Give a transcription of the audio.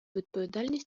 відповідальність